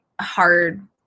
hard